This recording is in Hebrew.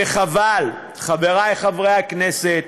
וחבל, חברי חברי הכנסת.